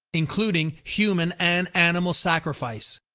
including human and animal sacrifice.